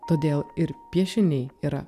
todėl ir piešiniai yra